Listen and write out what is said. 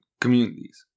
communities